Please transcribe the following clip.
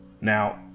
Now